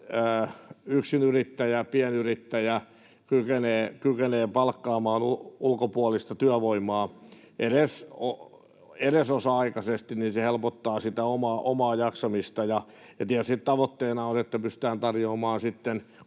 yksinyrittäjä tai pienyrittäjä kykenee palkkaamaan ulkopuolista työvoimaa edes osa-aikaisesti, se helpottaa sitä omaa jaksamista. Tietysti tavoitteena on, että pystytään sitten tarjoamaan